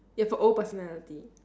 you have a old personality